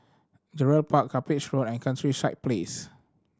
Gerald Park Cuppage Road and Countryside Place